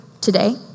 today